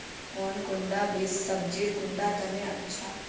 कौन कुंडा बीस सब्जिर कुंडा तने अच्छा?